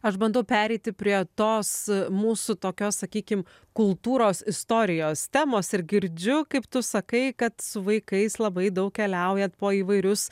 aš bandau pereiti prie tos mūsų tokios sakykim kultūros istorijos temos ir girdžiu kaip tu sakai kad su vaikais labai daug keliaujat po įvairius